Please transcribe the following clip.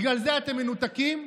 בגלל זה אתם מנותקים?